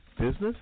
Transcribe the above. Business